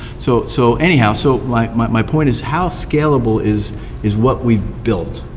so so anyhow, so like my point is how scalable is is what we built.